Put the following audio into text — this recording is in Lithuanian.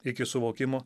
iki suvokimo